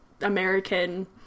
American